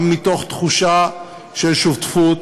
גם מתוך תחושה של שותפות,